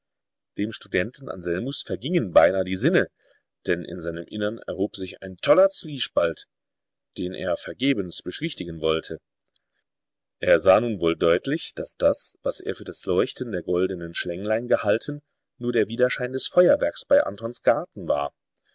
dem studenten anselmus vergingen beinahe die sinne denn in seinem innern erhob sich ein toller zwiespalt den er vergebens beschwichtigen wollte er sah nun wohl deutlich daß das was er für das leuchten der goldenen schlänglein gehalten nur der widerschein des feuerwerks bei antons garten war